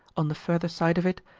on the further side of it,